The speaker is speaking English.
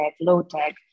low-tech